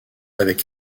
avec